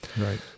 right